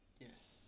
yes